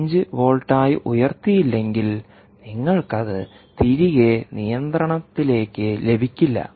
5 വോൾട്ടായി ഉയർത്തിയില്ലെങ്കിൽ നിങ്ങൾക്കത് തിരികെ നിയന്ത്രണത്തിലേക്ക് ലഭിക്കില്ല